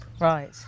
right